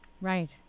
Right